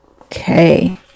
Okay